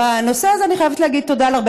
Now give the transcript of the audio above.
ובנושא הזה אני חייבת להגיד תודה על הרבה